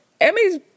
Emmy's